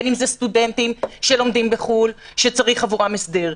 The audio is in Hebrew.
סטודנטים שלומדים בחו"ל וצריך עבורם הסדר.